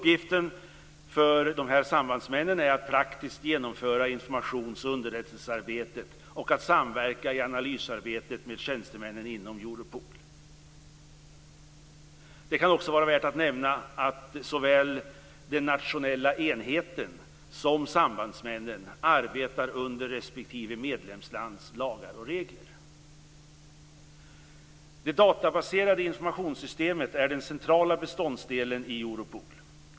Deras uppgift är att praktiskt genomföra informations och underrättelsearbetet och att samverka i analysarbetet med tjänstemännen inom Europol. Det kan vara värt att nämna att såväl den nationella enheten som sambandsmännen arbetar under respektive medlemslands lagar och regler. Det databaserade informationssystemet är den centrala beståndsdelen i Europol.